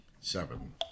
seven